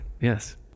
yes